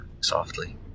softly